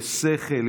שכל,